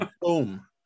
boom